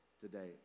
today